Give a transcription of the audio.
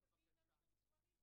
מי שנולד בחו"ל ובא, אז